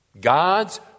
God's